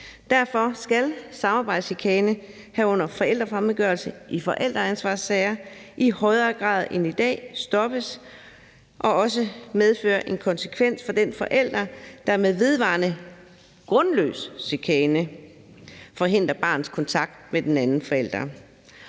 Derfor skal samarbejdschikane, herunder forældrefremmedgørelse, i forældreansvarssager, i højere grad end i dag stoppes og også medføre en konsekvens for den forælder, der med vedvarende grundløs chikane forhindrer barnets kontakt med den anden forælder,